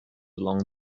along